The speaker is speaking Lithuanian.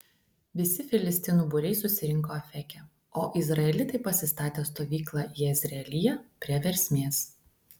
visi filistinų būriai susirinko afeke o izraelitai pasistatė stovyklą jezreelyje prie versmės